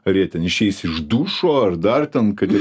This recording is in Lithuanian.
ar jie ten išeis iš dušo ar dar ten kad ir